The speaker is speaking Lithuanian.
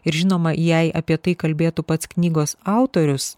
ir žinoma jei apie tai kalbėtų pats knygos autorius